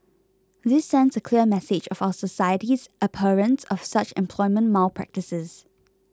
this sends a clear message of our society's abhorrence of such employment malpractices